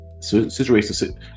situation